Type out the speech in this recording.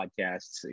podcasts